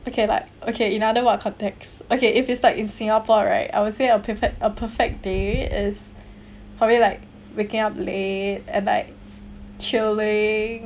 okay like okay in other what context okay if it's like in singapore right I would say a perfect a perfect day is probably like waking up late and like chilling